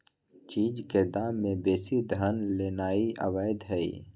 चीज के दाम से बेशी धन लेनाइ अवैध हई